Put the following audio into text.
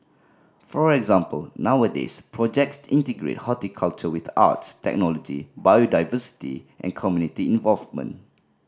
for example nowadays projects integrate horticulture with arts technology biodiversity and community involvement